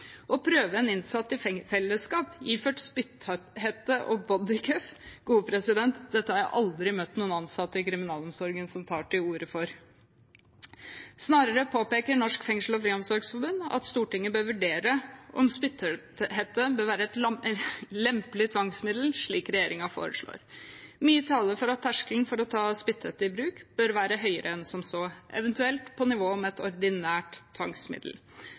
Å prøve en innsatt i fellesskap iført spytthette og «bodycuff» – dette har jeg aldri møtt noen ansatte i kriminalomsorgen som tar til orde for. Snarere påpeker Norsk Fengsels- og Friomsorgsforbund at Stortinget bør vurdere om spytthette bør være et lempelig tvangsmiddel, slik regjeringen foreslår. Mye taler for at terskelen for å ta spytthette i bruk bør være høyere enn som så, eventuelt på nivå med et ordinært tvangsmiddel.